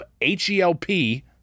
H-E-L-P